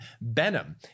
Benham